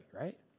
right